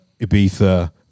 Ibiza